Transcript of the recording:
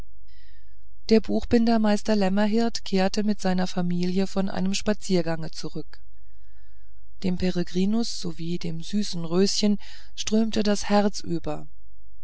der buchbindermeister lämmerhirt kehrte mit seiner familie von einem spaziergange zurück dem peregrinus sowie dem süßen röschen strömte das herz über